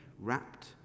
wrapped